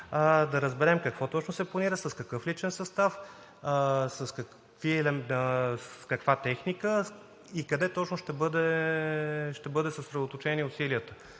да разберем какво точно се планира, с какъв личен състав, с каква техника и къде точно ще бъдат съсредоточени усилията?